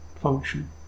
function